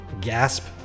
gasp